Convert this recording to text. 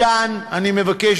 מכאן אני מבקש,